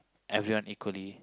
everyone equally